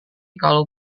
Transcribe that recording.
kalau